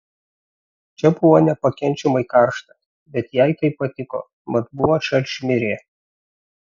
čia buvo nepakenčiamai karšta bet jai tai patiko mat buvo šalčmirė